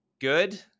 good